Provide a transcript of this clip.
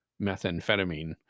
methamphetamine